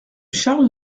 charles